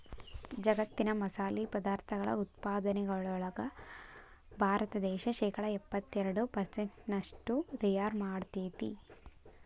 ಜಗ್ಗತ್ತಿನ ಮಸಾಲಿ ಪದಾರ್ಥಗಳ ಉತ್ಪಾದನೆಯೊಳಗ ಭಾರತ ದೇಶ ಶೇಕಡಾ ಎಪ್ಪತ್ತೆರಡು ಪೆರ್ಸೆಂಟ್ನಷ್ಟು ತಯಾರ್ ಮಾಡ್ತೆತಿ